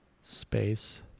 space